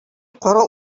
кара